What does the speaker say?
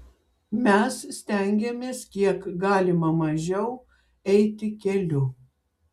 mes stengiamės kiek galima mažiau eiti keliu